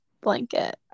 blanket